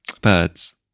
Birds